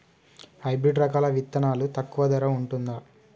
Hybrid రకాల విత్తనాలు తక్కువ ధర ఉంటుందా?